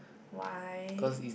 why